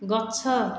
ଗଛ